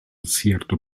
cierto